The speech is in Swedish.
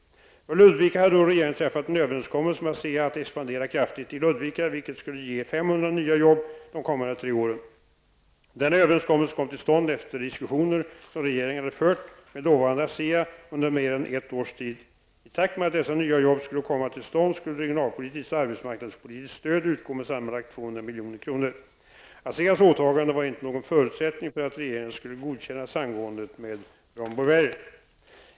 För Ludvika hade då regeringen träffat en överenskommelse med Asea att expandera kraftigt i Ludvika, vilket skulle ge 500 nya jobb de kommande tre åren. Denna överenskommelse kom till stånd efter diskussioner som regeringen hade fört med dåvarande Asea under mer än ett års tid. I takt med att dessa nya jobb skulle komma till stånd skulle regionalpolitiskt och arbetsmarknadspolitiskt stöd utgå med sammanlagt högst 200 milj.kr. Aseas åtagande var inte någon förutsättning för att regeringen skulle godkänna samgåendet med Brown Boveri.